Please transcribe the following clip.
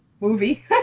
Movie